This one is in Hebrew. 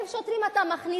1,000 שוטרים אתה מכניס